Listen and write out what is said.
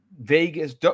Vegas